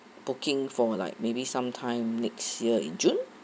booking for like maybe sometime next year in june